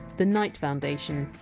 the knight foundation,